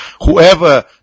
Whoever